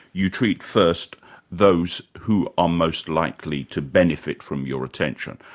you treat first those who are most likely to benefit from your attention.